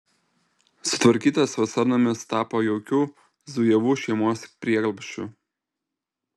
sutvarkytas vasarnamis tapo jaukiu zujevų šeimos prieglobsčiu